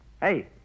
Hey